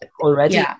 already